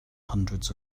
hundreds